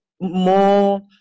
more